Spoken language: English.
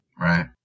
Right